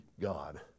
God